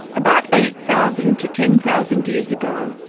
about eight thousand to ten thousand years ago,